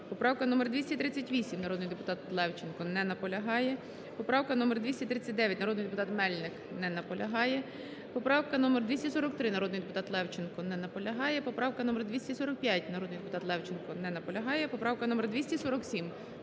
Поправка номер 238, народний депутат Левченко. Не наполягає. Поправка номер 239, народний депутат Мельник. Не наполягає. Поправка номер 243, народний депутат Левченко. Не наполягає. Поправка номер 245, народний депутат Левченко. Не наполягає. Поправка номер 247,